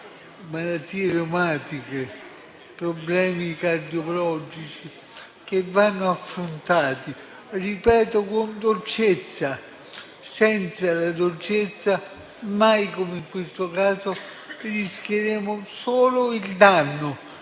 malattie reumatiche, problemi cardiologici, che vanno affrontati con dolcezza. Senza la dolcezza, mai come in questo caso, rischieremmo solo il danno.